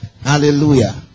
Hallelujah